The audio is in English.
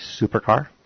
supercar